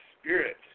spirit